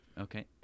Okay